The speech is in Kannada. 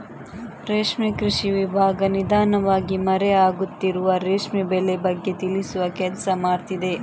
ರೇಷ್ಮೆ ಕೃಷಿ ವಿಭಾಗ ನಿಧಾನವಾಗಿ ಮರೆ ಆಗುತ್ತಿರುವ ರೇಷ್ಮೆ ಬೆಳೆ ಬಗ್ಗೆ ತಿಳಿಸುವ ಕೆಲ್ಸ ಮಾಡ್ತಿದೆ